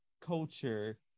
culture